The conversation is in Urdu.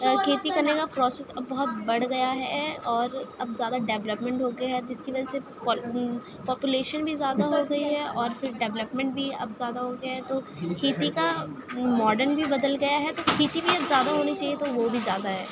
کھیتی کرنے کا پروسیس اب بہت بڑھ گیا ہے اور اب زیادہ ڈیولپمنٹ ہوگیا ہے جس کی وجہ سے پاپولیشن بھی زیادہ ہوگئی ہے اور پھر ڈیولمپنٹ بھی اب زیادہ ہوگیا ہے تو کھیتی کا ماڈن بھی بدل گیا ہے تو کھیتی بھی اب زیادہ ہونی چاہیے تو ہو بھی زیادہ ہے